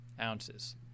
ounces